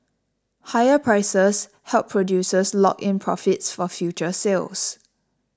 higher prices help producers lock in profits for future sales